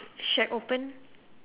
shack open